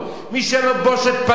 מי שאין לו בושת פנים,